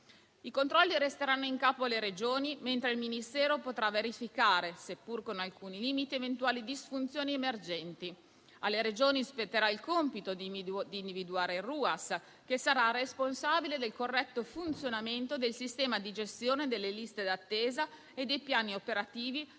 I controlli resteranno in capo alle Regioni, mentre il Ministero potrà verificare, seppur con alcuni limiti, eventuali disfunzioni emergenti. Alle Regioni spetterà il compito di individuare il Ruas, che sarà responsabile del corretto funzionamento del sistema di gestione delle liste d'attesa e dei piani operativi